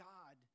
God